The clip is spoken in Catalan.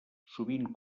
sovint